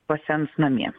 pasens namie